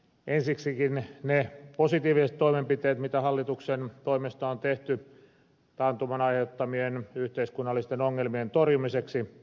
ensiksikin ovat ne positiiviset toimenpiteet mitä hallituksen toimesta on tehty taantuman aiheuttamien yhteiskunnallisten ongelmien torjumiseksi